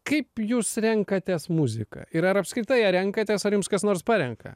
kaip jūs renkatės muziką ir ar apskritai ar renkatės ar jums kas nors parenka